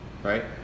Right